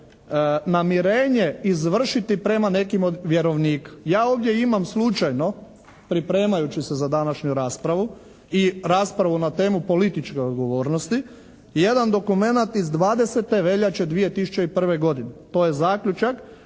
namirenje izvršiti prema nekim od vjerovnika. Ja ovdje imam slučajno pripremajući se za današnju raspravu i raspravu na temu političke odgovornosti, jedan dokumenat iz 20. veljače 2001. godine. To je zaključak